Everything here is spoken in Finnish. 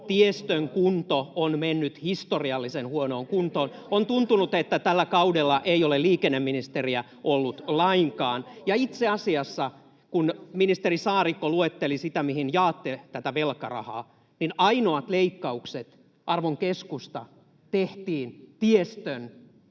tiestö on mennyt historiallisen huonoon kuntoon. On tuntunut, että tällä kaudella ei ole liikenneministeriä ollut lainkaan, ja itse asiassa, kun ministeri Saarikko luetteli, mihin jaatte tätä velkarahaa, niin ainoat leikkaukset, arvon keskusta, tehtiin tiestön pitoon.